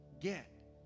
get